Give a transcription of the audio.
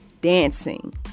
dancing